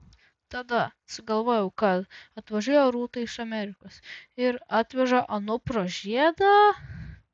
tada sugalvojau kad atvažiuoja rūta iš amerikos ir atveža anupro žiedą